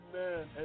Amen